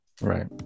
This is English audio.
right